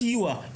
סיוע,